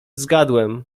zgadłem